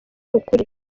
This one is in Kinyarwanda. ukuri